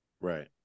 Right